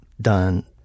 done